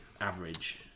average